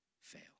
fail